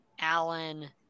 Allen